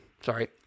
sorry